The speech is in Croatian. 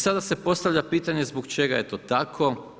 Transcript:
Sada se postavlja pitanje zbog čega je to tako?